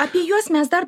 apie juos mes dar